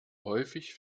häufig